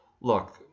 Look